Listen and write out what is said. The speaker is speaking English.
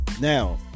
Now